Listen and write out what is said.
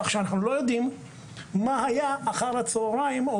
כך שאנחנו לא יודעים מה היה אחר הצוהריים או